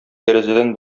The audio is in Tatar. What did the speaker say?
тәрәзәдән